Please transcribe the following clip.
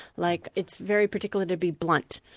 like it's very particular to be blunt.